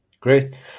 Great